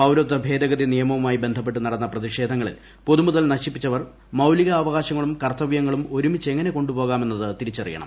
പൌരത്വഭേദഗതി നിയമവുമായി ബന്ധപ്പെട്ട് നടന്ന പ്രതിഷേധങ്ങളിൽ പൊതുമുതൽ നശിപ്പിച്ചവർ മൌലികാവകാശങ്ങളും കർത്തവൃങ്ങളും ഒരുമിച്ച് എങ്ങനെ കൊണ്ടുപോകാമെന്നത് തിരിച്ചറിയണം